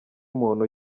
muntu